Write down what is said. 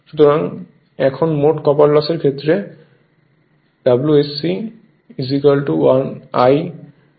সুতরাং এখন মোট কপার লস এর ক্ষেত্রে WSC I 1 2 Re1 হবে